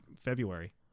February